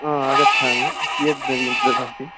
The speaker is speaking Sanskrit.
गच्छामि कियत् ददाति